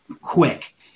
quick –